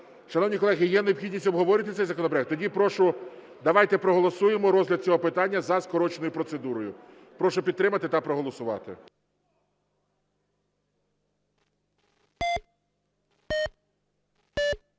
Шановні колеги, є необхідність обговорювати цей законопроект? Тоді прошу давайте проголосуємо розгляд цього питання за скороченою процедурою. Прошу підтримати та проголосувати.